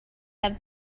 have